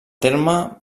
terme